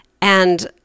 And-